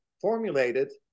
formulated